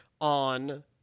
on